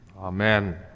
Amen